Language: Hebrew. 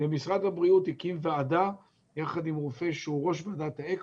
ומשרד הבריאות הקים וועדה יחד עם רופא שהוא ראש ועדת האקמו,